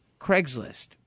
Craigslist